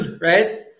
right